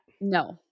No